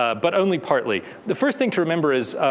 ah but only partly. the first thing to remember is,